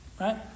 right